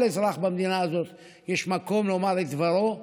אזרח במדינה הזאת יש מקום לומר את דברו,